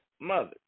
mother